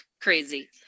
crazy